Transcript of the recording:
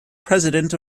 president